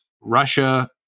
Russia